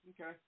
Okay